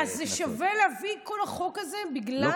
אז שווה להביא את כל החוק הזה בגלל העניין?